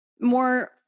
more